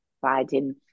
fighting